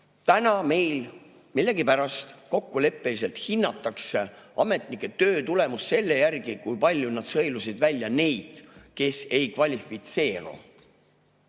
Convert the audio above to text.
Täna meil millegipärast kokkuleppeliselt hinnatakse ametnike töö tulemust selle järgi, kui palju nad sõelusid välja neid, kes ei kvalifitseeru.